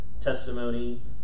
testimony